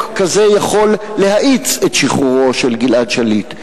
כזה יכול להאיץ את שחרורו של גלעד שליט,